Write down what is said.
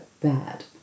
bad